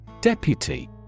Deputy